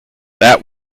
that